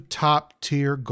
top-tier